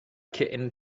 kitten